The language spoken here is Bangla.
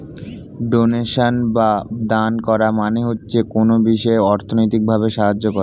ডোনেশন বা দান করা মানে হচ্ছে কোনো বিষয়ে অর্থনৈতিক ভাবে সাহায্য করা